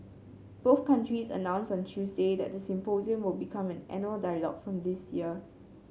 both countries announced on Tuesday that the symposium will become an annual dialogue from this year